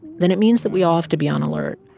then it means that we all have to be on alert,